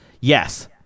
Yes